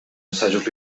assajos